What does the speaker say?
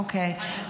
אוקיי,